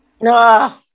no